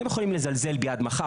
אתם יכולים לזלזל בי עד מחר,